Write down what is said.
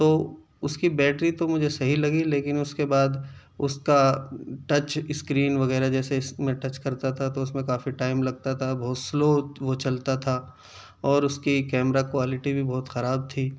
تو اس کی بیٹری تو مجھے صحیح لگی لیکن اس کے بعد اس کا ٹچ اسکرین وغیرہ جیسے اس میں ٹچ کرتا تھا تو اس میں کافی ٹائم لگتا تھا بہت سلو وہ چلتا تھا اور اس کی کیمرہ کوالٹی بھی بہت خراب تھی